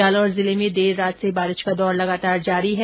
जालोर जिले में भी देर रात से बारिश का दौर लगातार जारी है